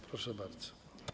Proszę bardzo.